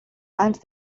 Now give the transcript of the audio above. and